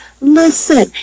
listen